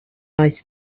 ice